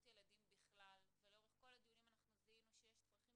ילדים בכלל ולאורך כל הדיונים אנחנו זיהינו שיש צרכים